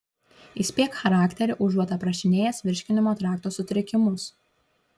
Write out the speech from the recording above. įspėk charakterį užuot aprašinėjęs virškinimo trakto sutrikimus